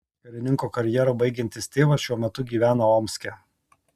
karininko karjerą baigiantis tėvas šiuo metu gyvena omske